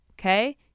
okay